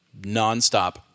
Nonstop